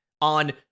on